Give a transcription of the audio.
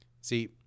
see